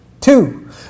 Two